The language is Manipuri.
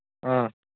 ꯑꯥ